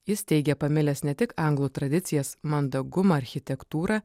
jis teigė pamilęs ne tik anglų tradicijas mandagumą architektūrą